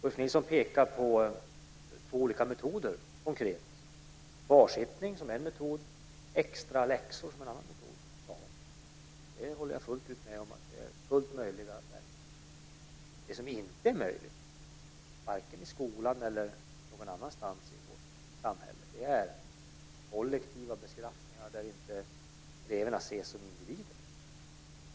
Ulf Nilsson pekar på två olika konkreta metoder, kvarsittning som en metod och extra läxor som en annan metod. Jag håller helt med om att det är fullt möjliga verktyg. Det som inte är möjligt, vare sig i skolan eller någon annanstans i vårt samhälle, är kollektiva bestraffningar där eleverna inte ses som individer.